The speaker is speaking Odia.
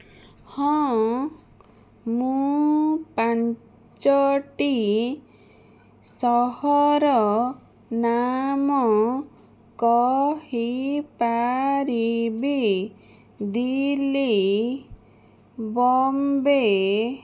ହଁ ମୁଁ ପାଞ୍ଚଟି ସହର ନାମ କହିପାରିବି ଦିଲ୍ଲୀ ବମ୍ବେ